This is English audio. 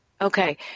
Okay